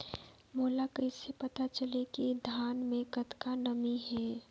मोला कइसे पता चलही की धान मे कतका नमी हे?